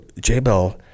J-Bell